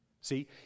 See